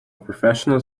professional